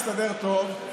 אני מסתדר טוב.